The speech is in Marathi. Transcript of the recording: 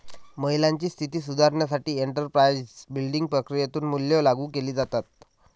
महिलांची स्थिती सुधारण्यासाठी एंटरप्राइझ बिल्डिंग प्रक्रियेतून मूल्ये लागू केली जातात